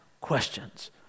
questions